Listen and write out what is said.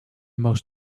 most